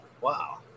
wow